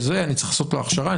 אני צריך לעשות לו הכשרה,